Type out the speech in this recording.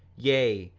yea,